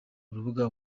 urubuga